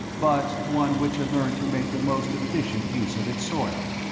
but one which had learned to make the most efficient use of its soil.